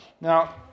Now